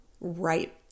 right